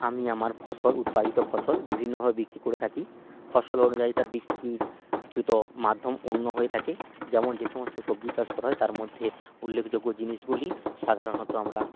আমি আমার ফসল উৎপাদিত ফসল বিভিন্নভাবে বিক্রি করে থাকি ফসল অনুযায়ী তার বিক্রি কৃত মাধ্যম অন্য হয়ে থাকে যেমন যে সমস্ত সবজি চাষ করা হয় তার মধ্যে উল্লেখযোগ্য জিনিসগুলি সাধারণত আমরা